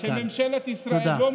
אני רוצה להגיד לממשלת ישראל: לא מאוחר,